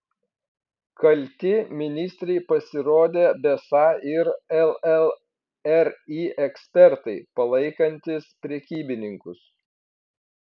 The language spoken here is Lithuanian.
kalti ministrei pasirodė besą ir llri ekspertai palaikantys prekybininkus